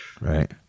Right